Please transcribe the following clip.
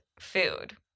food